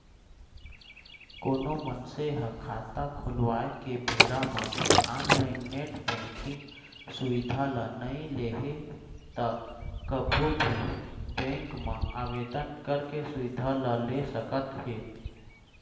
कोनो मनसे ह खाता खोलवाए के बेरा म ऑनलाइन नेट बेंकिंग सुबिधा ल नइ लेहे त कभू भी बेंक म आवेदन करके सुबिधा ल ल सकत हे